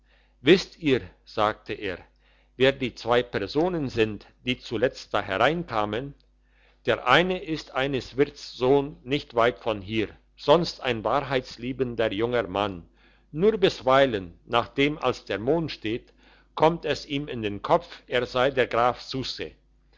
wisst ihr sagte er wer die zwei personen sind die zuletzt da hereinkamen der eine ist eines wirts sohn nicht weit von hier sonst ein wahrheitsliebender junger mann nur bisweilen nachdem als der mond steht kommt es ihm in den kopf er sei der graf susse